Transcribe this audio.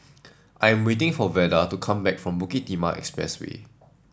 I am waiting for Veda to come back from Bukit Timah Expressway